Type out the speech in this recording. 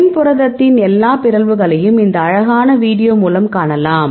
m புரதத்தின் எல்லா பிறழ்வுகளையும் இந்த அழகான வீடியோ மூலம் காணலாம்